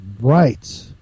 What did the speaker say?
Right